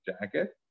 jacket